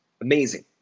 Amazing